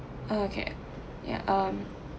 okay yeah um